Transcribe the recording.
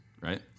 right